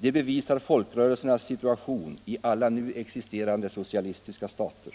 Det bevisar folkrörelsernas situation i alla nu existerande socialistiska stater.